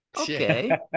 okay